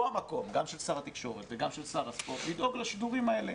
זה המקום של שר התקשורת ושר הספורט לדאוג לשידורים האלה,